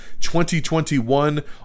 2021